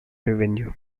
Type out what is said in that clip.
revenue